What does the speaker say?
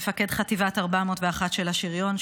מפקד חטיבת 401 של השריון,